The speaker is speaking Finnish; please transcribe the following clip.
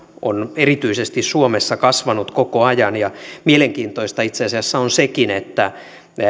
on erityisesti suomessa kasvanut koko ajan ja mielenkiintoista itse asiassa on sekin että